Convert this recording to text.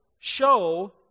show